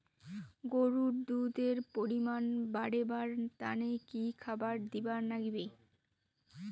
গরুর দুধ এর পরিমাণ বারেবার তানে কি খাবার দিবার লাগবে?